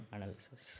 Analysis